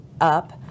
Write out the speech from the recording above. up